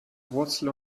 wurzel